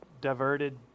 diverted